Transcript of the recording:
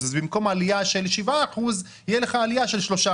אז במקום עלייה של 7% תהיה לך עלייה של 3%,